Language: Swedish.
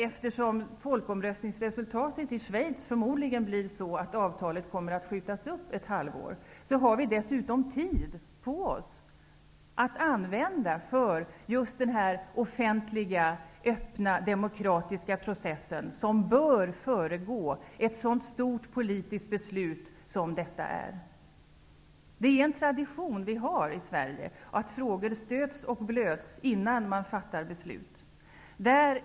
Eftersom folkomröstningsresultatet i Schweiz förmodligen kommer att leda till att ikraftträdandet av avtalet skjuts upp ett halvår, har vi dessutom tid på oss att använda för den offentliga, öppna och demokratiska processen som bör föregå ett så stort politiskt beslut som godkännande av avtalet utgör. Det finns en tradition i Sverige att frågor stöts och blöts innan beslut fattas.